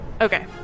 Okay